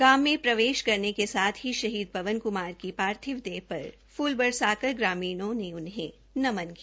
गांव में प्रवेश करने के साथ ही शहीद पवन क्मार की पार्थिव देह पर फूल बरसाकर ग्रामीणों उन्हें नमन किया